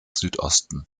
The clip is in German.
südosten